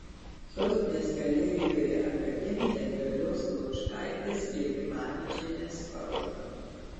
sostinės galerijoje akademija dalios laučkaitės jakimavičienės paroda